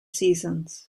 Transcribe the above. seasons